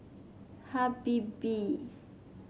Habibie